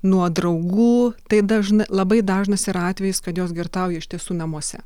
nuo draugų tai dažn labai dažnas yra atvejis kad jos girtauja iš tiesų namuose